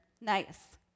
Nice